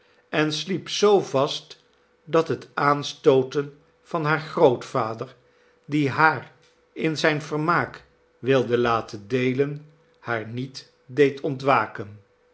en sliep zoo vast dat het aanstooten van haar grootvader die haar in zijn vermaak wilde laten deelen haar niet deed ontwaken